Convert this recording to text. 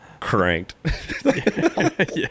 Cranked